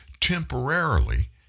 temporarily